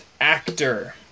actor